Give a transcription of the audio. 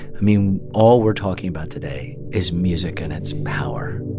i mean, all we're talking about today is music and its power